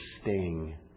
sting